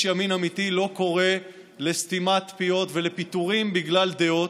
ימין אמיתי לא קורא לסתימת פיות ולפיטורים בגלל דעות,